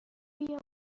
بیا